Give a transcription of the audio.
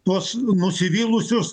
tuos nusivylusius